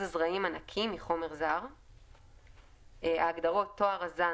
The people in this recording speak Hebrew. הזרעים הנקי מחומר זר."; ההגדרות "טוהר הזן",